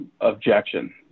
objection